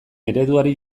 ereduari